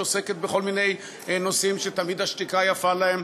שעוסקת בכל מיני נושאים שתמיד השתיקה יפה להם,